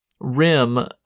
Rim